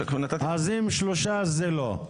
אם תשובה, זה לא.